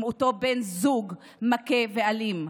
עם אותו בן זוג מכה ואלים.